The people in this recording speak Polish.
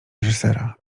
reżysera